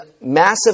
massive